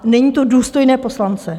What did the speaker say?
Není to důstojné poslance.